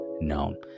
known